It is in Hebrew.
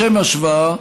לשם השוואה,